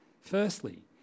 Firstly